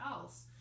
else